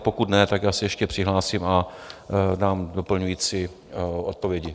Pokud ne, tak se ještě přihlásím a dám doplňující odpovědi.